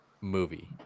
movie